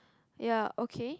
ya okay